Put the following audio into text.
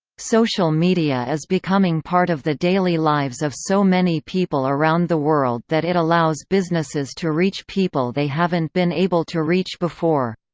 social media is becoming part of the daily lives of so many people around the world that it allows businesses to reach people they haven't been able to reach before.